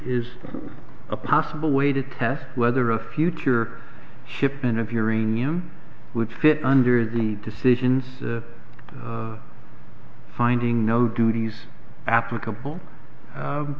is a possible way to test whether a future shipment of uranium would fit under the decisions finding no duties applicable